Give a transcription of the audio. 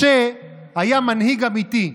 משה היה מנהיג אמיתי,